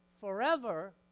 forever